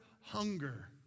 hunger